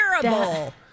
terrible